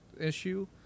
issue